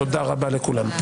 תודה רבה לכולם.